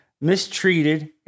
mistreated